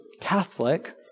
Catholic